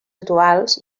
rituals